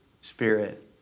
Spirit